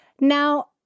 Now